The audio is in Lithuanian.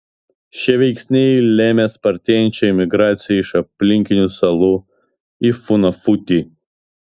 šie veiksniai lėmė spartėjančią imigraciją iš aplinkinių salų į funafutį